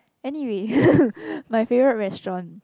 anyway my favorite restaurant